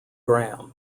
graham